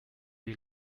die